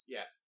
Yes